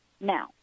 now